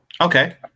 Okay